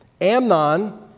Amnon